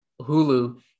Hulu